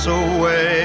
away